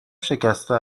شکسته